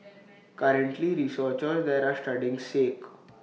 currently researchers there are studying sake